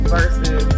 Versus